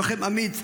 לוחם אמיץ,